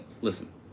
Listen